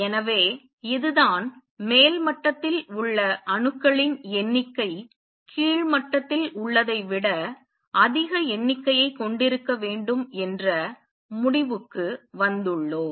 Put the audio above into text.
எனவே இதுதான் மேல் மட்டத்தில் உள்ள அணுக்களின் எண்ணிக்கை கீழ் மட்டத்தில் உள்ளதை விட அதிக எண்ணிக்கையைக் கொண்டிருக்க வேண்டும் என்ற முடிவுக்கு வந்துள்ளோம்